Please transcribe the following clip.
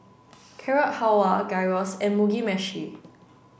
Carrot Halwa Gyros and Mugi Meshi